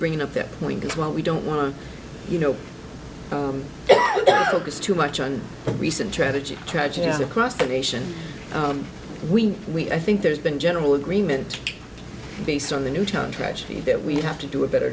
bringing up that point as well we don't want to you know focus too much on recent tragic tragic news across the nation we we i think there's been general agreement based on the newtown tragedy that we have to do a better